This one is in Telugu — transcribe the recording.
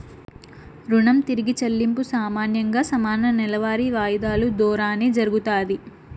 రుణం తిరిగి చెల్లింపు సామాన్యంగా సమాన నెలవారీ వాయిదాలు దోరానే జరగతాది